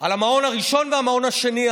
על המעון הראשון והמעון השני,